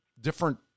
different